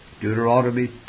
Deuteronomy